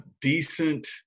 decent